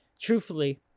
Truthfully